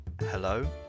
hello